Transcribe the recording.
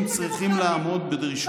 מדינה יהודית ודמוקרטית,